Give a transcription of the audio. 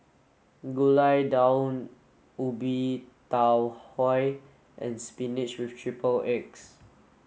Gulai Daun Ubi Tau Huay and spinach with triple egg